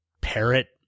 parrot